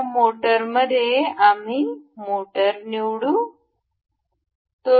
या मोटरमध्ये आम्ही मोटर निवडतो